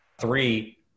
Three